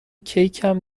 کیکم